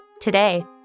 Today